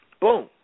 Boom